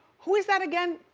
who is that again?